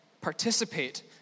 participate